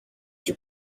your